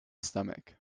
stomach